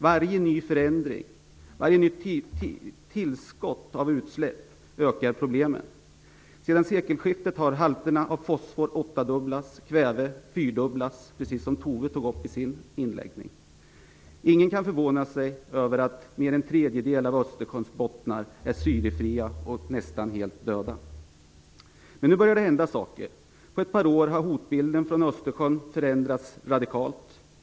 Varje ny förändring, varje nytt tillskott av utsläpp, ökar problemen. Sedan sekelskiftet har halten av fosfor åttadubblats och halten av kväve fyrdubblats, precis som Tuve Skånberg nämnde i sitt inlägg. Ingen kan förvåna sig över att mer än en tredjedel av Östersjöns botten är syrefri och nästan helt död. Men nu börjar det hända saker. På ett par år har hotbilden förändrats radikalt.